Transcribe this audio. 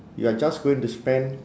you're just going to spend